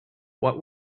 what